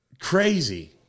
Crazy